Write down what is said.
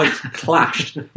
clashed